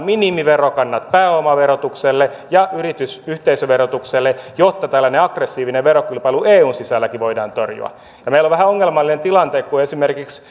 minimiverokannat pääomaverotukselle ja yhteisöverotukselle jotta tällainen aggressiivinen verokilpailu eun sisälläkin voidaan torjua ja meillä on vähän ongelmallinen tilanne esimerkiksi